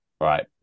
Right